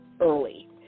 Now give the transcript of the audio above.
early